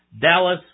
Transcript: Dallas